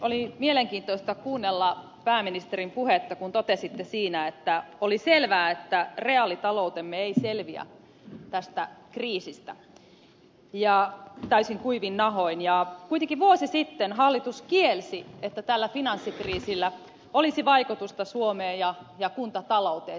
oli mielenkiintoista kuunnella pääministerin puhetta kun totesitte siinä että oli selvää että reaalitaloutemme ei selviä tästä kriisistä täysin kuivin nahoin ja kuitenkin vuosi sitten hallitus kielsi että tällä finanssikriisillä olisi vaikutusta suomeen ja kuntatalouteen